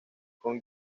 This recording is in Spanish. con